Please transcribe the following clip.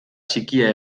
txikia